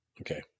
Okay